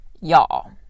y'all